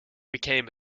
became